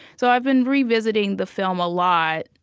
so i've been revisiting the film a lot,